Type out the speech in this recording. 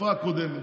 בתקופה הקודמת,